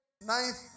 Ninth